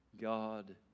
God